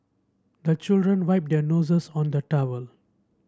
the children wipe their noses on the towel